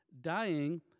dying